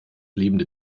lebende